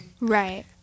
Right